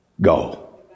go